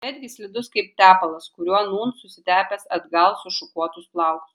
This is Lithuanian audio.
betgi slidus kaip tepalas kuriuo nūn susitepęs atgal sušukuotus plaukus